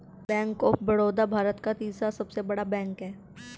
bank of Baroda Bharat का तीसरा सबसे बड़ा बैंक हैं